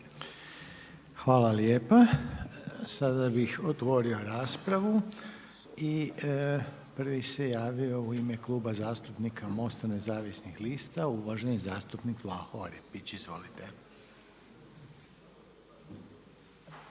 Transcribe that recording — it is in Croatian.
Hvala lijepa. Sada bih otvorio raspravu. I prvi se javio u ime Kluba zastupnika MOST-a nezavisnih lista uvaženi zastupnik Vlaho Orepić. Izvolite.